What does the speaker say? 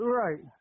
right